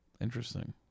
interesting